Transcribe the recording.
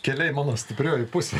keliai mano stiprioji pusė